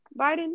Biden